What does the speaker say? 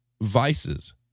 vices